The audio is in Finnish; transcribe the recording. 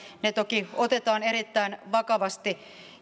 ne toki otetaan erittäin vakavasti